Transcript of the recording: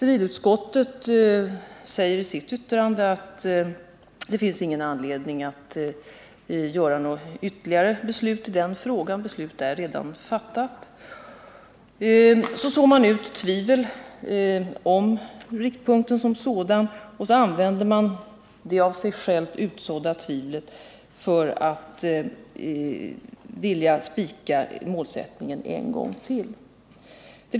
Civilutskottet säger i sitt yttrande att det inte finns någon anledning till ytterligare beslut i frågan. Beslut är redan fattat. Så sår man ut tvivel om riktpunkten som sådan, och sedan använder man det tvivel som man själv sått för att spika målsättningen en gång till.